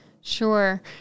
Sure